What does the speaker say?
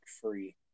free